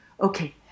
Okay